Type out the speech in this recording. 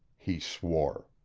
he swore.